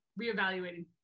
Reevaluating